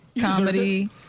comedy